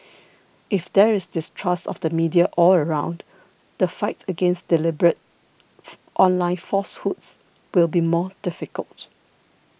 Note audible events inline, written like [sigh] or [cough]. if there is distrust of the media all around the fight against deliberate [noise] online falsehoods will be more difficult